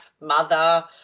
mother